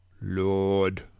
lord